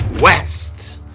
West